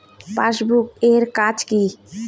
Passbook এর কাজ কি?